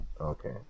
Okay